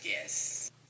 Yes